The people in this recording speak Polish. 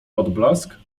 odblask